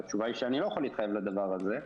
והתשובה היא שאני לא אוכל להתחייב לדבר הזה.